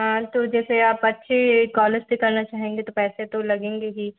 हाँ तो जैसे आप अच्छे कॉलेज से करना चाहेंगे तो पैसे तो लगेंगे ही